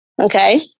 Okay